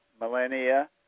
millennia